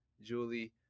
Julie